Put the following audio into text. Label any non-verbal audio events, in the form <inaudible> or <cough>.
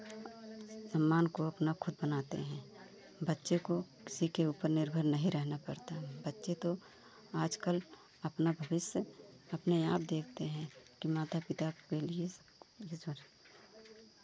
सम्मान को अपना खुद बनाते हैं बच्चे को किसी के ऊपर निर्भर नहीं रहना पड़ता है बच्चे तो आजकल अपना भविष्य अपने आप देखते हैं कि माता पिता के लिए <unintelligible>